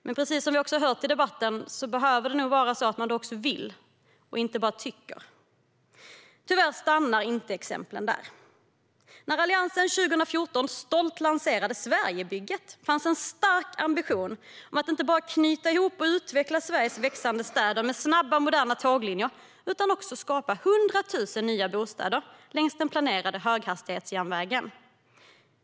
Men precis som vi har hört i debatten behöver det också vara så att man vill , och inte bara tycker. Tyvärr stannar inte exemplen där. När Alliansen 2014 stolt lanserade Sverigebygget fanns en stark ambition att inte bara knyta ihop och utveckla Sveriges växande städer med snabba, moderna tåglinjer, utan att också skapa 100 000 nya bostäder längs den planerade höghastighetsjärnvägen.